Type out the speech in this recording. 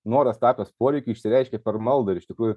noras tapęs poreikiu išsireiškia per maldą ir iš tikrųjų